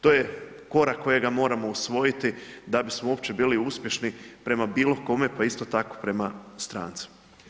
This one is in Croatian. To je korak kojega moramo usvojiti da bismo uopće bili uspješni prema bilo kome, pa isto tako prema strancima.